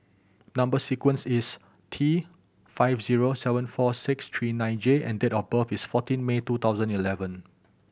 number sequence is T five zero seven four six three nine J and date of birth is fourteen May two thousand eleven